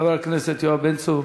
חבר הכנסת יואב בן צור,